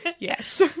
Yes